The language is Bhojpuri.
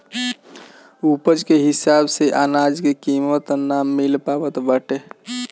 उपज के हिसाब से अनाज के कीमत ना मिल पावत बाटे